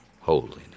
holiness